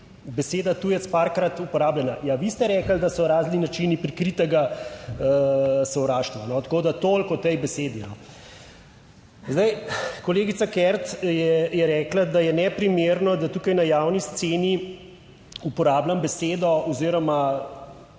beseda tujec parkrat uporabljena. Ja, vi ste rekli, da so razni načini prikritega sovraštva. Tako da, toliko o tej besedi. Zdaj, kolegica Kert je rekla, da je neprimerno, da tukaj na javni sceni uporabljam besedo oziroma